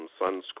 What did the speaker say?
sunscreen